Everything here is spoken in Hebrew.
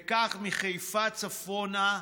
וכך, מחיפה צפונה,